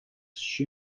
shoe